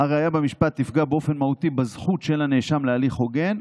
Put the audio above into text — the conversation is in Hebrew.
הראיה במשפט תפגע באופן מהותי בזכות של הנאשם להליך הוגן,